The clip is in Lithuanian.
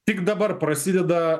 tik dabar prasideda